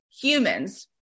humans